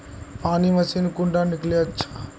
पानी मशीन कुंडा किनले अच्छा?